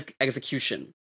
execution